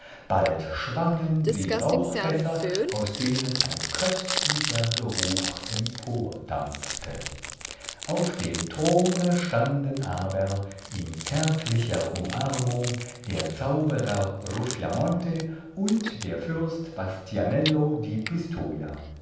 bald schwangen sie rauchfässer aus denen ein köstlicher geruch empordampfte auf dem throne standen aber in zärtlicher umarmung der zauberer ruffiamonte und der fürst bastianello di